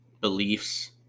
beliefs